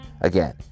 Again